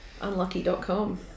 unlucky.com